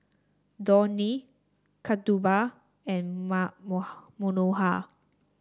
Dhoni Kasturba and Manohar